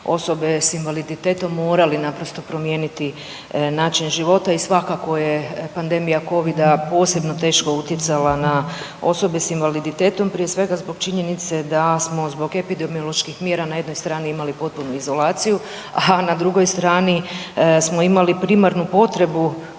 osobe s invaliditetom morali naprosto promijeniti način života i svakako je pandemija Covida posebno teško utjecala na osobe s invaliditetom prije svega zbog činjenice da smo zbog epidemioloških mjera na jednoj strani imali potpunu izolaciju, a na drugoj strani smo imali primarnu potrebu